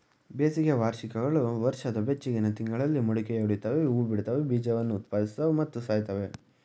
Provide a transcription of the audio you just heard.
ಬೇಸಿಗೆ ವಾರ್ಷಿಕಗಳು ವರ್ಷದ ಬೆಚ್ಚಗಿನ ತಿಂಗಳಲ್ಲಿ ಮೊಳಕೆಯೊಡಿತವೆ ಹೂಬಿಡ್ತವೆ ಬೀಜವನ್ನು ಉತ್ಪಾದಿಸುತ್ವೆ ಮತ್ತು ಸಾಯ್ತವೆ